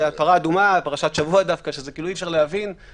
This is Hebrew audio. הגזרה היא על פרה אדומה שאי-אפשר להבין את זה.